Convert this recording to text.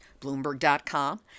Bloomberg.com